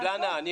אילנה,